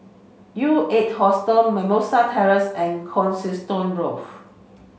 U Eight Hostel Mimosa Terrace and Coniston Grove